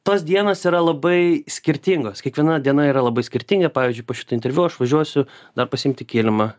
tos dienos yra labai skirtingos kiekviena diena yra labai skirtinga pavyzdžiui po šitų interviu aš važiuosiu dar pasiimti kilimą